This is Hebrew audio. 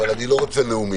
אבל אני לא רוצה נאומים.